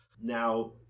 now